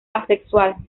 asexual